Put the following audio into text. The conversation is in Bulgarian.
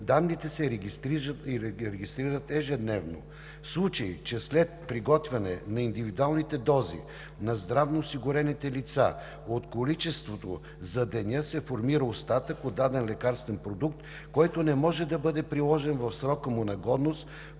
данните се регистрират ежедневно. В случай че след приготвяне на индивидуалните дози на здравноосигурени лица от количеството за деня се формира остатък от даден лекарствен продукт, който не може да бъде приложен в срока му на годност,